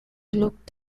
looked